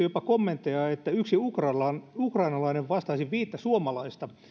jopa kommentteja että yksi ukrainalainen vastaisi viittä suomalaista